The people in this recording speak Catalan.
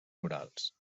rurals